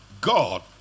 God